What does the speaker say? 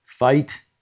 Fight